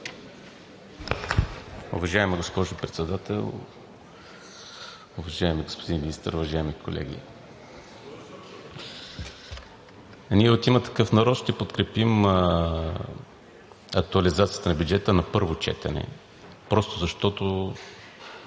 Уважаема госпожо Председател, уважаеми господин Министър, уважаеми колеги! Ние от „Има такъв народ“ ще подкрепим актуализацията на бюджета на първо четене просто защото